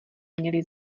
měly